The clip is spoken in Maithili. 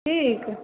ठीक